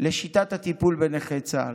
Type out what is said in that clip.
לשיטת הטיפול בנכי צה"ל.